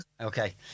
Okay